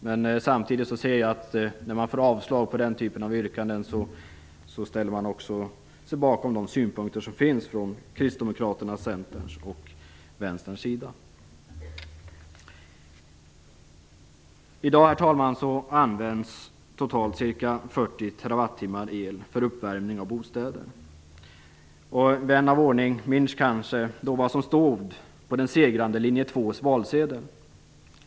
Men jag förstår att de - när de har fått avslag på den typen av yrkande - kommer att ställa sig bakom de synpunkter som framförts från kristdemokraternas, Centerns och Herr talman! I dag används totalt ca 40 TWh el för uppvärmning av bostäder. Vän av ordning minns kanske vad som stod på den segrande Linje 2:s valsedel.